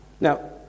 Now